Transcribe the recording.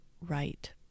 right